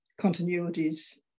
continuities